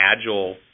agile